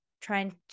trying